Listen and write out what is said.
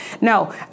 No